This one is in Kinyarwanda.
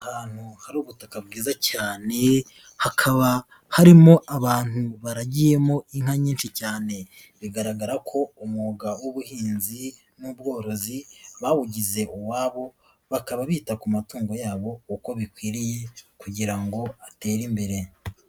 Ahantu hari ubutaka bwiza cyane hakaba harimo abantu baragiyemo inka nyinshi cyane, bigaragara ko umwuga w'ubuhinzi n'ubworozi bawugize uwabo bakaba bita ku matungo yabo uko bikwiriye kugira ngo batere imbere.